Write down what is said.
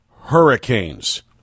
hurricanes